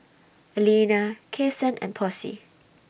Alena Kasen and Posey